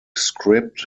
script